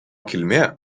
kilmė